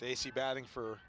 they see batting for